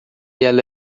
ela